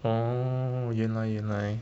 oh 原来原来